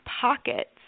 pockets